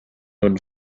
nun